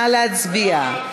נא להצביע.